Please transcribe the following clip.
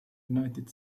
united